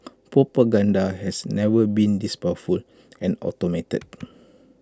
propaganda has never been this powerful and automated